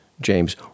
James